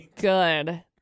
Good